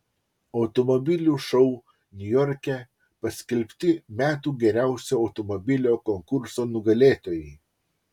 automobilių šou niujorke paskelbti metų geriausio automobilio konkurso nugalėtojai